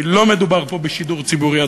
כי לא מדובר פה בשידור ציבורי,